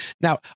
now